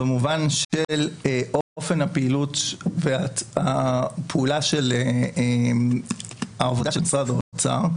במובן של אופן הפעילות והפעולה של משרד האוצר,